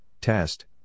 test